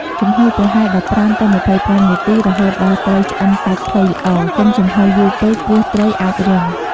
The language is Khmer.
ចំហុយប្រហែល ១៥ទៅ២៥ នាទី រហូតដល់ត្រីឆ្អិនសាច់ផុយល្អ កុំចំហុយយូរពេក ព្រោះត្រីអាចរឹង។